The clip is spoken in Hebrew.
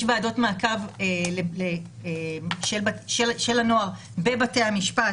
יש ועדות מעקב של הנוער בבתי המשפט,